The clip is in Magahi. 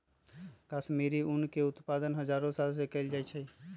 कश्मीरी ऊन के उत्पादन हजारो साल से कएल जाइ छइ